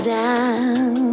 down